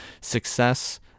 success